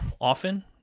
often